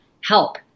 help